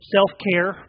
Self-care